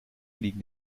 liegen